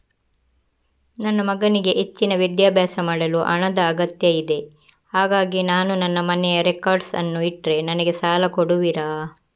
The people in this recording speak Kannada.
ನನ್ನ ಮಗನಿಗೆ ಹೆಚ್ಚಿನ ವಿದ್ಯಾಭ್ಯಾಸ ಮಾಡಲು ಹಣದ ಅಗತ್ಯ ಇದೆ ಹಾಗಾಗಿ ನಾನು ನನ್ನ ಮನೆಯ ರೆಕಾರ್ಡ್ಸ್ ಅನ್ನು ಇಟ್ರೆ ನನಗೆ ಸಾಲ ಕೊಡುವಿರಾ?